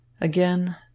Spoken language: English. Again